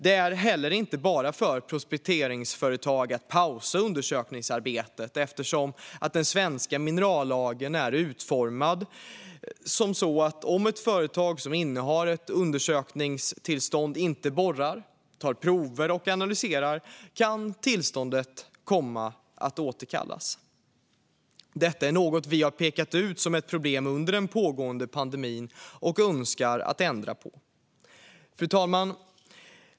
Det är heller inte bara för prospekteringsföretag att pausa undersökningsarbetet eftersom den svenska minerallagen är utformad så här: Om ett företag som innehar ett undersökningstillstånd inte borrar, tar prover och analyserar kan tillståndet komma att återkallas. Detta är något som vi har pekat ut som ett problem under den pågående pandemin och som vi önskar ändra på. Fru talman!